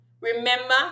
Remember